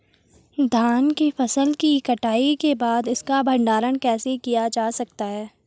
धान की फसल की कटाई के बाद इसका भंडारण कैसे किया जा सकता है?